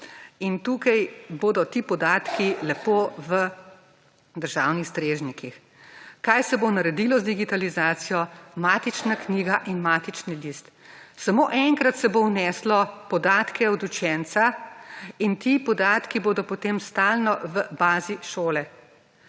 In tukaj bodo ti podatki lepo v državnih strežnikih. Kaj se bo naredilo z digitalizacijo, matična knjiga in matični list. Samo enkrat se bo vneslo podatke od učenca in ti podatki bodo potem stalno v bazi šole.